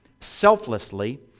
selflessly